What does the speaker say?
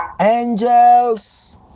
angels